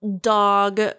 dog